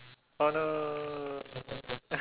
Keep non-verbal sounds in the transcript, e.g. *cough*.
oh no *noise*